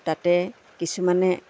তাতে কিছুমানে